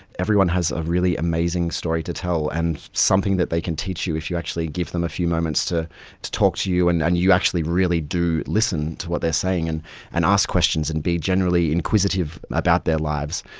everyone has a really amazing story to tell and something that they can teach you if you actually give them a few moments to to talk to you and and you actually really do listen to what they are saying and and ask questions and be generally inquisitive about their lives.